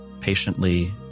patiently